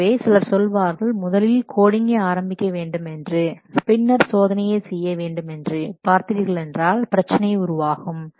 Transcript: எனவே சிலர் சொல்வார்கள் முதலில் கோடிங்கை ஆரம்பிக்க வேண்டுமென்று பின்னர் சோதனையை செய்ய வேண்டுமென்று பார்த்தீர்களென்றால் பிரச்சனை உருவாகும்